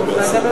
דקות.